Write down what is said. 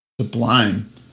Sublime